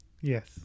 Yes